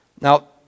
Now